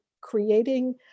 creating